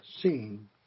seeing